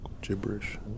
gibberish